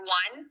one